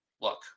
look